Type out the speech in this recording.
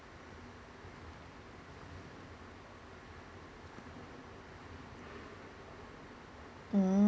mm~